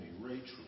Rachel